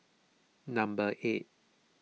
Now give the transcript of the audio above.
number eight